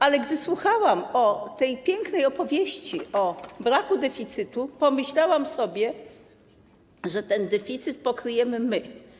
Ale gdy słuchałam tej pięknej opowieści o braku deficytu, pomyślałam sobie, że ten deficyt pokryjemy my.